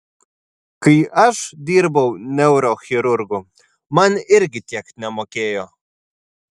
kai aš dirbau neurochirurgu man irgi tiek nemokėjo